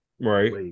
Right